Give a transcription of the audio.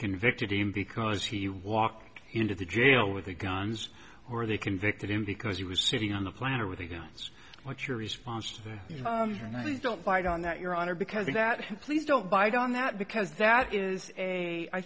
convicted him because he walked into the jail with the guns or they convicted him because he was sitting on the planet with the guns what's your response today and i don't bite on that your honor because of that please don't bite on that because that is a i